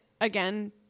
again